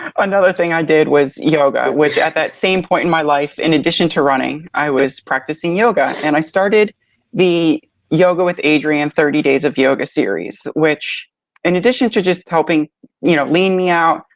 another thing i did was yoga, which at that same point in my life, in addition to running i was practicing yoga. and i started the yoga with adriene and thirty days of yoga series, which in addition to just helping you know, lean me out,